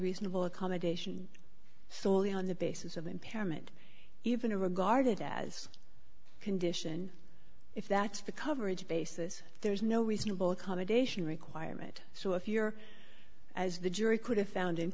reasonable accommodation solely on the basis of impairment even to regarded as a condition if that's the coverage basis there's no reasonable accommodation requirement so if you're as the jury could have found